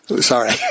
sorry